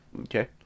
Okay